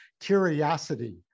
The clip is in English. curiosity